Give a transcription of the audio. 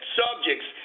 subjects